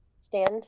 stand